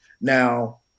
Now